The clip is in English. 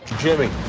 jimmy.